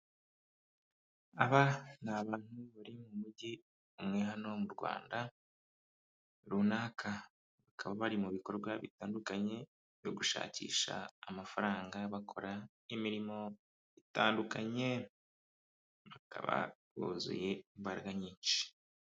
Aba ni abantu bari mu mujyi umwe hano mu Rwanda runaka bakaba bari mu bikorwa bitandukanye byo gushakisha amafaranga bakora n'imirimo itandukanye bakaba buzuye imbaraga nyinshi.